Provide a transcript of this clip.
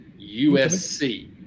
USC